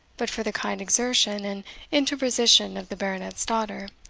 but for the kind exertion and interposition of the baronet's daughter,